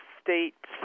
state